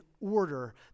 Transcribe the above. order